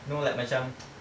know like macam